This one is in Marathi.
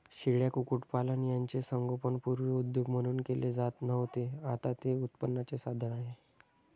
शेळ्या, कुक्कुटपालन यांचे संगोपन पूर्वी उद्योग म्हणून केले जात नव्हते, आता ते उत्पन्नाचे साधन आहे